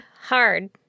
Hard